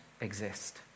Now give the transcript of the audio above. exist